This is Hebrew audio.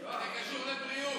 זה קשור לבריאות?